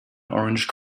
orange